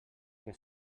que